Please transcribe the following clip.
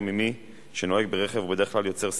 אני מוסיף את קולך.